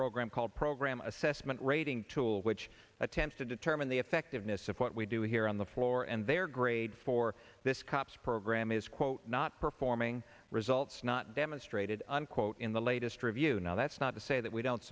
program called program assessment rating tool which attempts to determine the effectiveness of what we do here on the floor and their grade for this cops program is quote not performing results not demonstrated unquote in the latest review now that's not to say that we don't